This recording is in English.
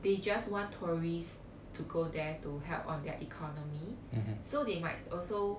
they just want tourists to go there to help on their economy and so they might also